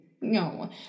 no